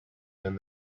than